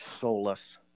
soulless